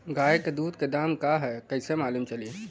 गाय के दूध के दाम का ह कइसे मालूम चली?